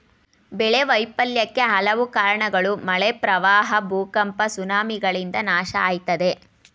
ಬೆಳೆ ವೈಫಲ್ಯಕ್ಕೆ ಹಲವು ಕಾರ್ಣಗಳು ಮಳೆ ಪ್ರವಾಹ ಭೂಕಂಪ ಸುನಾಮಿಗಳಿಂದ ನಾಶ ಆಯ್ತದೆ